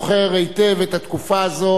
ויום הסטודנט הוא